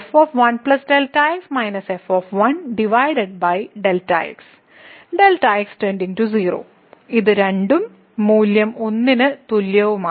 Δx 0 ഇത് 2 ഉം മൂല്യം 1 ന് തുല്യവുമാണ്